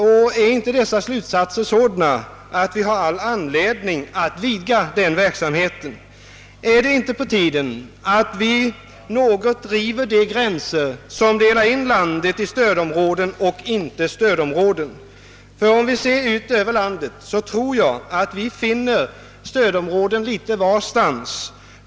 Och blir då inte dessa slutsatser sådana, att vi har all anledning att vidga verksamheten? Är det inte på tiden att vi river ned de gränser, som delar in landet i stödområden och icke-stödområden? Om vi ser ut över landet, tror jag att vi skall upptäcka »stödområden» litet varstans.